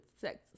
sex